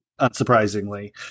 unsurprisingly